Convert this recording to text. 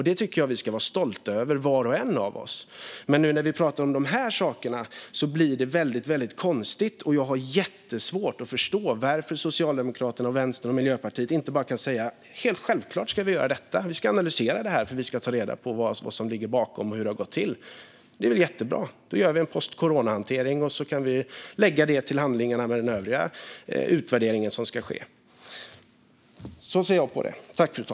Det tycker jag att var och en av oss ska vara stolta över. När vi pratar om de här sakerna blir det dock väldigt konstigt. Jag har jättesvårt att förstå varför Socialdemokraterna, Vänstern och Miljöpartiet inte bara kan säga: Självklart ska vi göra detta. Vi ska analysera det för att ta reda på vad som ligger bakom och hur det har gått till. Det är väl jättebra. Vi gör en post corona-hantering och kan lägga det till handlingarna med den övriga utvärdering som ska ske. Så ser jag på det.